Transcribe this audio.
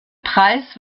preis